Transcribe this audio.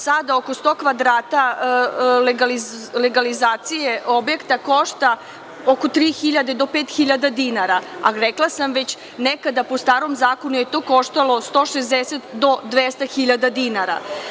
Sada oko sto kvadrata legalizacije objekta košta oko 3.000 do 5.000 dinara, a rekla sam već, nekada, po starom zakonu, to je koštalo od 160.000 do 200.000 dinara.